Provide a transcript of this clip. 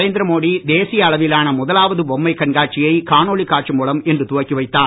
நரேந்திர மோடி தேசிய அளவிலான முதலாவது பொம்மை கண்காட்சியை காணொளி காட்சி மூலம் இன்று துவக்கி வைத்தார்